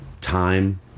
time